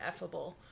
effable